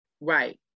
right